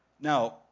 Now